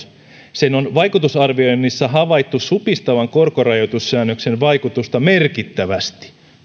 sen on vaikutusarvioinnissa havaittu supistavan korkorajoitussäännöksen vaikutusta merkittävästi